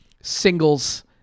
singles